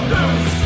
News